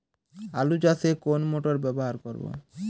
আলু চাষে কোন মোটর ব্যবহার করব?